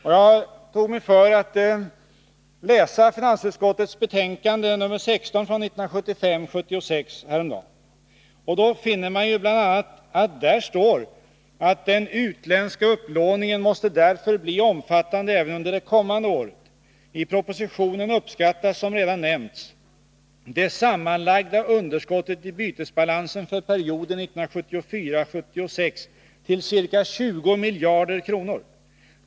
Häromdagen tog jag mig för att läsa finansutskottets betänkande 1975/76:16, och där står bl.a.: ”Den utländska upplåningen måste därför bli omfattande även under det kommande året. I propositionen uppskattas, som redan nämnts, det sammanlagda underskottet i bytesbalansen för perioden 1974-1976 till ca 20 miljarder kr.